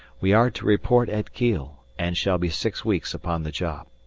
we are to report at kiel, and shall be six weeks upon the job.